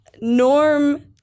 Norm